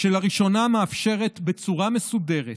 שלראשונה מאפשרת בצורה מסודרת